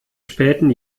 späten